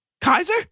Kaiser